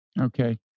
Okay